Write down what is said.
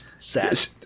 sad